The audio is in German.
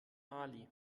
mali